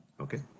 okay